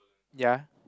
ya